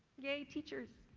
yay teachers.